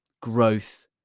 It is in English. growth